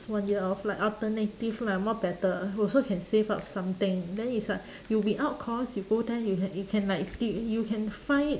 one year off like alternative lah more better also can save up something then it's like you without cos you go there you can you can like tip you can find